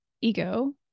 ego